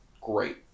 great